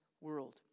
world